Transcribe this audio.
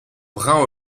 brun